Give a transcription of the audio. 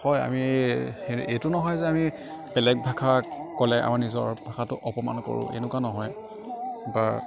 হয় আমি হেৰি এইটো নহয় যে আমি বেলেগ ভাষা ক'লে আমি নিজৰ ভাষাটো অপমান কৰোঁ এনেকুৱা নহয় বা